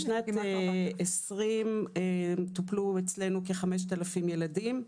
בשנת 2020 טופלו אצלנו כ-5,000 ילדים.